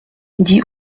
dit